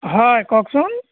হয় কওকচোন